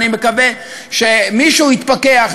ואני מקווה שמישהו יתפכח,